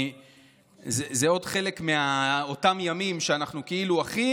זה עוד חלק מאותם ימים שאנחנו כאילו אחים,